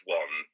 one